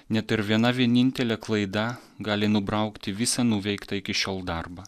net ir viena vienintelė klaida gali nubraukti visą nuveiktą iki šiol darbą